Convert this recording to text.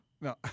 No